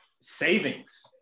Savings